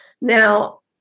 Now